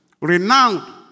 Renowned